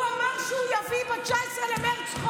הוא אומר שהוא יביא חוק ב-19 במרץ.